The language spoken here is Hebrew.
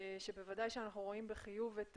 שבוודאי שאנחנו רואים בחיוב את